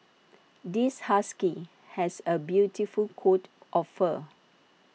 this husky has A beautiful coat of fur